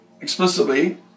explicitly